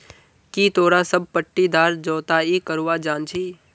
की तोरा सब पट्टीदार जोताई करवा जानछी